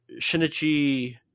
Shinichi